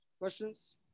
questions